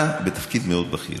אתה בתפקיד מאוד בכיר.